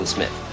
Smith